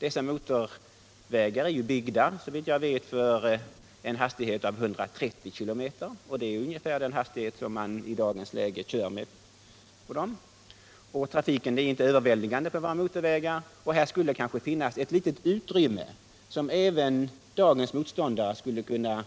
Dessa motorvägar är såvitt jag vet byggda för en hastighet på 130 km, och med den hastigheten kör i dag många bilister på dem. Trafiken på våra motorvägar är ju inte överväldigande. — Nr 23 Det här är alltså något som kanske även dagens motståndare till re